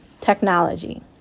technology